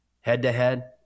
head-to-head